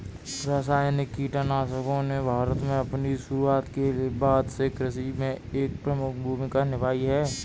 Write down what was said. रासायनिक कीटनाशकों ने भारत में अपनी शुरूआत के बाद से कृषि में एक प्रमुख भूमिका निभाई है